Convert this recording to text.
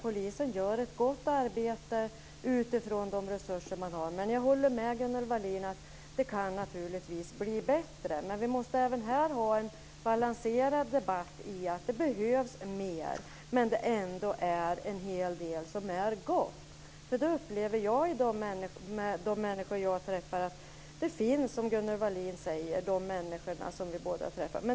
Polisen gör ett gott arbete utifrån de resurser man har. Men jag håller med Gunnel Wallin om att det naturligtvis kan bli bättre. Vi måste även ha en balanserad debatt om vad som behövs mer. Men det är ändå en hel del som är gott. Det upplever jag hos de människor som vi båda träffar.